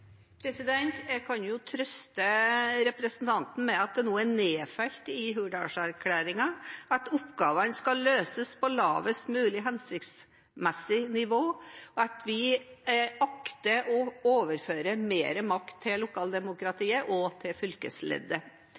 Jeg kan trøste representanten med at det nå er nedfelt i Hurdalsplattformen at oppgavene skal løses på lavest mulig hensiktsmessig nivå, og at vi akter å overføre mer makt til lokaldemokratiet og til fylkesleddet.